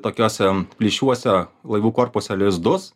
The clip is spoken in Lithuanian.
tokiose plyšiuose laivų korpuse lizdus